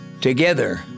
Together